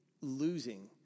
losing